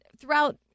throughout –